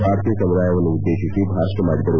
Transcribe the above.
ಭಾರತೀಯ ಸಮುದಾಯವನ್ನು ಉದ್ಲೇತಿಸಿ ಭಾಷಣ ಮಾಡಿದರು